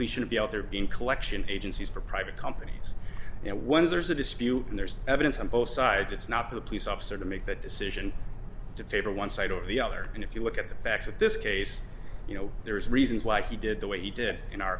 we should be out there being collection agencies for private companies you know once there's a dispute and there's evidence on both sides it's not the police officer to make that decision to favor one side or the other and if you look at the facts of this case you know there's reasons why he did the way he did in our